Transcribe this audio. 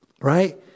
right